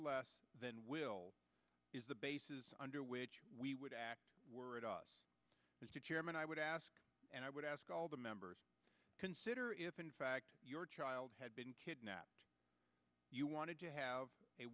less then will is the bases under which we would act were it us mr chairman i would ask and i would ask all the members consider if in fact your child had been kidnapped you wanted to have